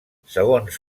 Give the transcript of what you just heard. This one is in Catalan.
segons